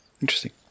Interesting